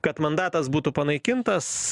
kad mandatas būtų panaikintas